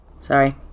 Sorry